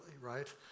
right